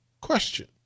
question